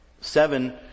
Seven